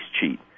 cheat